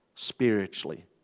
spiritually